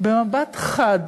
במבט חד,